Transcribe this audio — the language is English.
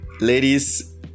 ladies